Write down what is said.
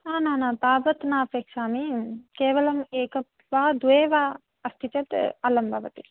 न न न तावत् नापेक्षामि केवलम् एकं वा द्वे वा अस्ति चेत् अलं भवति